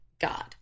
God